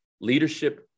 leadership